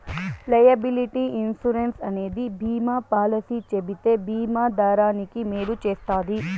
liability insurance అనేది బీమా policy చెబితే బీమా దారానికి మేలు చేస్తది